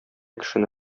кешене